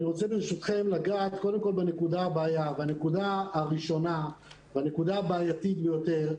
אני רוצה לגעת בנקודה הראשונה והבעייתית ביותר,